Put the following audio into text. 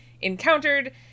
encountered